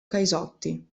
caisotti